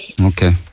Okay